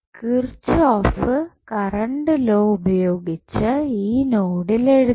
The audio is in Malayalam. കിർച്ചോഫ് കറണ്ട് ലോ ഉപയോഗിച്ച് ഈ നോഡിൽ എഴുതാം